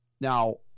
Now